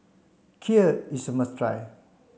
Kheer is a must try